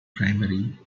primary